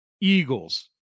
Eagles